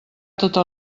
tota